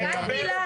רק מילה